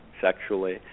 sexually